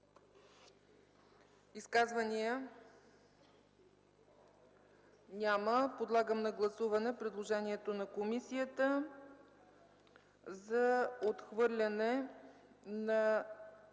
Изказвания? Няма. Подлагам на гласуване предложението на комисията за отхвърляне на